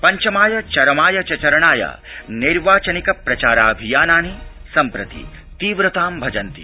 पंचमाय चरमाय च चरणाय नैर्वाचनिक प्रचाराभियानानि सम्प्रति तीव्रतां भजन्ति